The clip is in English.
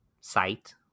site